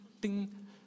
ding